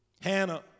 Hannah